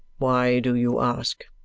why do you ask?